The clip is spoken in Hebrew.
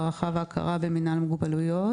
הערכה והכרה במנהל מוגבלויות.